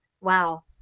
Wow